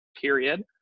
period